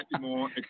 more